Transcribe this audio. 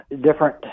different